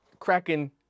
Kraken